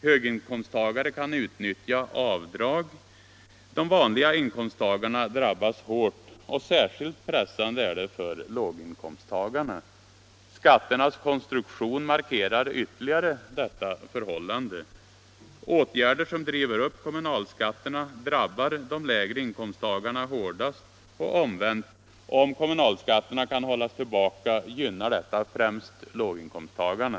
Höginkomsttagare kan utnyttja avdrag. De vanliga inkomsttagarna drabbas hårt, och särskilt pressande = Nr 23 är det för låginkomsttagarna. Skatternas konstruktion markerar ytterligare detta förhållande. Åtgärder som driver upp kommunalskatterna drabbar de lägre inkomsttagarna hårdast och, omvänt: om kommunalskatterna. = kan hållas tillbaka gynnar detta främst låginkomsttagarna.